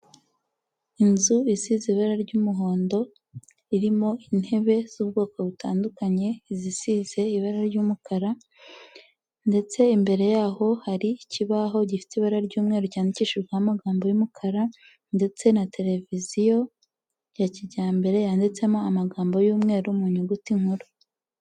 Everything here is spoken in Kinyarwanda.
Inzu isize ibara ry'umuhondo, irimo intebe z'ubwoko butandukanye; izisize ibara ry'umukara, ndetse imbere yaho hari ikibaho gifite ibara ry'umweru cyandikishijweho amagambo y'umukara, ndetse na tereviziyo ya kijyambere yanditsemo amagambo y'umweru mu nyuguti nkuru.